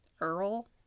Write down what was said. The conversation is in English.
Earl